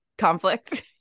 conflict